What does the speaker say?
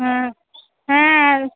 হ্যাঁ হ্যাঁ আর